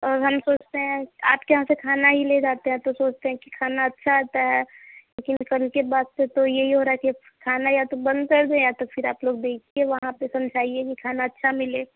और हम सोचते हैं आपके यहाँ से खाना ही ले जाते हैं तो सोचते हैं कि खाना अच्छा आता है लेकिन कल के बाद से तो यही हो रहा है कि खाना या तो बंद कर दें या तो फ़िर आप लोग देखिए वहाँ पर समझाइए कि खाना अच्छा मिले